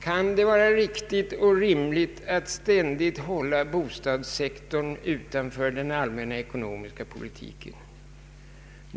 Kan det vara rimligt och riktigt att ständigt hålla bostadssektorn utanför den allmänna ekonomiska politiken?